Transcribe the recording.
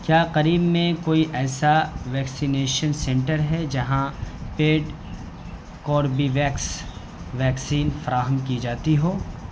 کیا قریب میں کوئی ایسا ویکسینیشن سنٹر ہے جہاں پیڈ کوربیویکس ویکسین فراہم کی جاتی ہو